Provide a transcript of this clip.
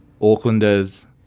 Aucklanders